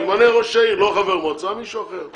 שימנה ראש העיר, לא חבר מועצה, מישהו אחר.